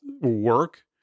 work